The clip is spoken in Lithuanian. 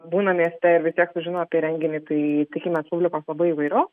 būna mieste ir vis tiek sužino apie renginį tai tikimės publikos labai įvairios